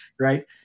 Right